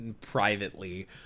privately